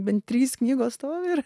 bent trys knygos stovi ir